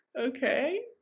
Okay